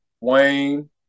Wayne